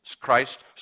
Christ